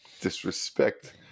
Disrespect